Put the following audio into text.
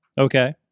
Okay